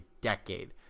decade